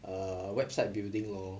err website building lor